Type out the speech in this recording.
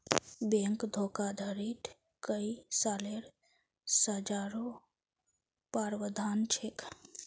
bank धोखाधडीत कई सालेर सज़ारो प्रावधान छेक